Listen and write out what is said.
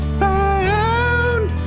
found